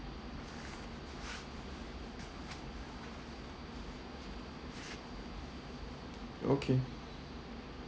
okay